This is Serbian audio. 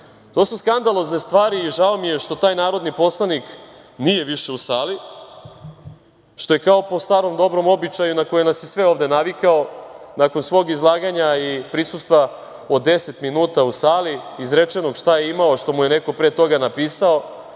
su skandalozne stvari i žao mi je što taj narodni poslanik nije više u sali, što je, kao po starom dobrom običaju na koji nas je sve ovde navikao, nakon svog izlaganja i prisustva od 10 minuta u sali, izrečenog šta je imao, a što mu je neko pre toga napisao,